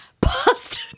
Pasta